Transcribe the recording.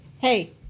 hey